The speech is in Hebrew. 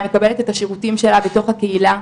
היא מקבלת את השירותים שלה בתוך הקהילה,